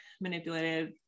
manipulated